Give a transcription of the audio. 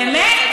באמת?